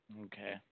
Okay